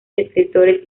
escritores